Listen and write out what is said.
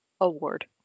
award